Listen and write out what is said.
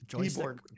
keyboard